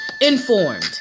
Informed